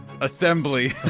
assembly